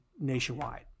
nationwide